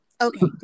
Okay